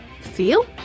feel